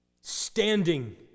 standing